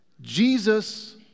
Jesus